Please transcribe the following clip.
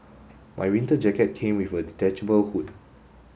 my winter jacket came with a detachable hood